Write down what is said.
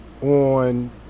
on